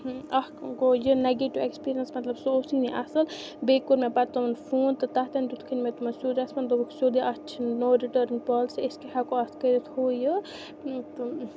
اَکھ گوٚو یہِ نَگیٹِو ایٚکٕسپیٖریَنس مطلب سُہ اوسُے نہٕ اَصٕل بیٚیہِ کوٚر مےٚ پَتہٕ تِمَن فون تہٕ تَتٮ۪ن دیُتھکھے نہ مےٚ تِمَن سیوٚد رٮ۪سپَنٛد دوٚپُکھ سیوٚدُے اَتھ چھِ نوٚو رِٹٲرٕن پالسی أسۍ کیٛاہ ہٮ۪کو اَتھ کٔرِتھ ہُہ یہِ تہٕ